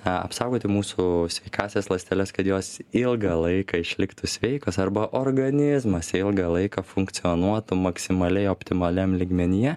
na apsaugoti mūsų sveikąsias ląsteles kad jos ilgą laiką išliktų sveikos arba organizmas ilgą laiką funkcionuotų maksimaliai optimaliam lygmenyje